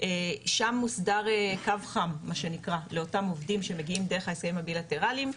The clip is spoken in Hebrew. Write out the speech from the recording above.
שם מוסדר קו חם מה שנקרא לאותם עובדים שמגיעים דרך ההסכם הבילטרליים,